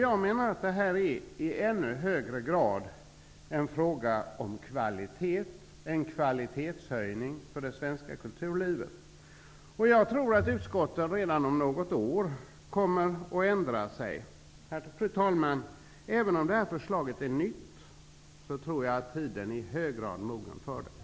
Jag menar att detta i ännu högre grad är en fråga om kvalitet. Det skulle ske en kvalitetshöjning av det svenska kulturlivet. Jag tror att utskottet redan om något år kommer att ändra sig. Fru talman! Även om detta förslag är nytt tror jag att tiden i hög grad är mogen för det.